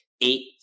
eight